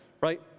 right